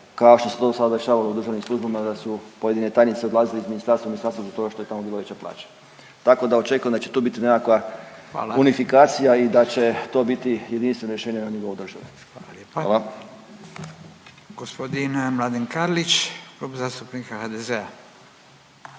kao što se to do sada dešavalo u državnim službama da su pojedine tajnice odlazile iz ministarstva u ministarstvo zbog toga što je tamo bila veća plaća, tako da očekujem da će to biti nekakva …/Upadica Radin: Hvala./… unifikacija i da će to biti jedinstveno rješenje na nivou države. Hvala. **Radin, Furio (Nezavisni)** Hvala